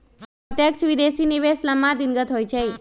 प्रत्यक्ष विदेशी निवेश लम्मा दिनगत होइ छइ